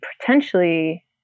potentially